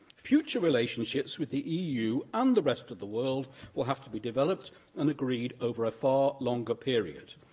future relationships with the eu and the rest of the world will have to be developed and agreed over a far longer period.